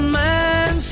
man